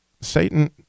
Satan